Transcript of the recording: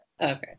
okay